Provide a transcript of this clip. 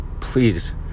please